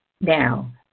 Now